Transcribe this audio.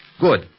Good